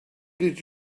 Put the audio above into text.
did